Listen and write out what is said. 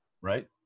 right